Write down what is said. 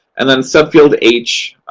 and then subfield h,